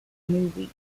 movies